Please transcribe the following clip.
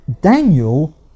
Daniel